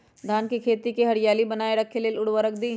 धान के खेती की हरियाली बनाय रख लेल उवर्रक दी?